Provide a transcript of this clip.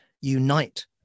unite